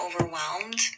overwhelmed